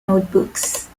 notebooks